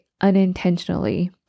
unintentionally